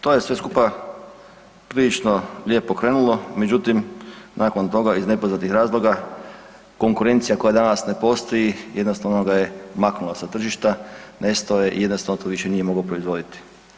To je sve skupa prilično lijepo krenulo, međutim nakon toga iz nepoznatih razloga konkurencija koja danas ne postoji jednostavno ga je maknula sa tržišta, nestao je i jednostavno to više nije mogao proizvoditi.